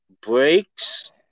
Breaks